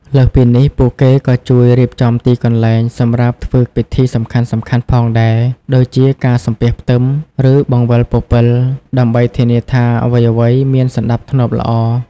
លើសពីនេះ ពួកគេក៏ជួយ រៀបចំទីកន្លែង សម្រាប់ធ្វើពិធីសំខាន់ៗផងដែរ ដូចជាការសំពះផ្ទឹម ឬបង្វិលពពិល ដើម្បីធានាថាអ្វីៗមានសណ្ដាប់ធ្នាប់ល្អ។